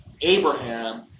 Abraham